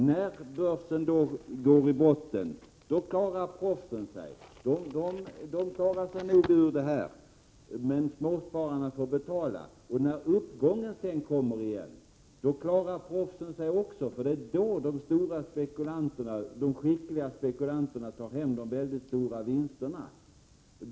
När börsen går i botten klarar proffsen sig. Men småspararna får betala. Även när det sedan blir en ny uppgång klarar proffsen sig, för det är då som de stora, skickliga spekulanterna tar hem de väldigt stora vinsterna.